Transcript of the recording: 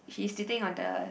he's sitting on the